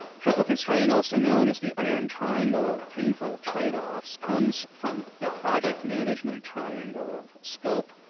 triple constraint also known as the iron triangle of painful trade-offs comes from the project management triangle of scope,